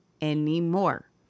anymore